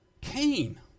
Cain